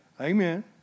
Amen